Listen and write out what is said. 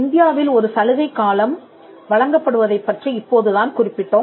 இந்தியாவில் ஒரு சலுகை காலம் வழங்கப்படுவதைப் பற்றி இப்போதுதான் குறிப்பிட்டோம்